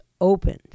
opened